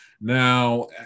Now